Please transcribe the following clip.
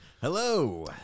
Hello